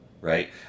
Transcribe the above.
right